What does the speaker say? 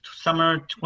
summer